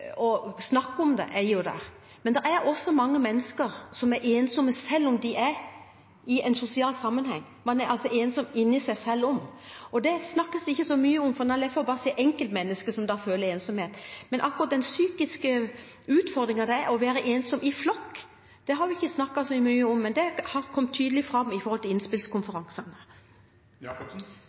om det er jo der. Men det er også mange mennesker som er ensomme selv om de er i en sosial sammenheng, man er altså ensomme inni seg. Det snakkes det ikke så mye om, for en har lett for bare å se enkeltmennesket som føler ensomhet. Akkurat den psykiske utfordringen det er å være ensom i flokk, har vi ikke snakket så mye om, men det har kommet tydelig fram i forbindelse med innspillskonferansene.